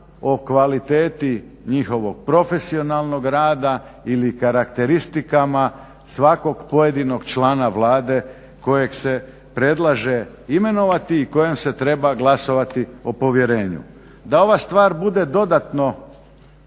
o kvaliteti njihovog profesionalnog rada ili karakteristikama svakog pojedinog člana Vlade kojeg se predlaže imenovati i kojem se treba glasovati o povjerenju. Da ova stvar bude dodatno